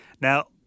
Now